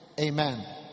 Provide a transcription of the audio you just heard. amen